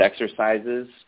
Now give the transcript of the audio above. exercises